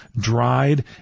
dried